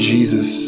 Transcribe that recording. Jesus